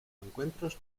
encuentros